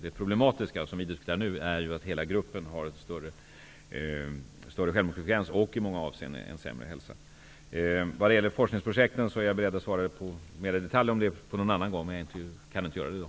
Det problem som vi nu diskuterar är ju att hela invandrargruppen har större självmordsfrekvens och i många avseenden en sämre hälsa. Frågan om forskningsprojekten är jag beredd att svara på mer i detalj en annan gång och inte i dag.